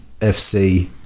FC